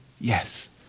Yes